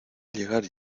llegar